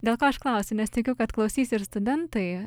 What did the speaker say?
dėl ko aš klausiu nes tikiu kad klausys ir studentai